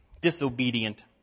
disobedient